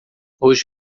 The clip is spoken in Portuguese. hoje